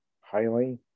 highly